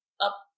up